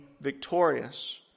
victorious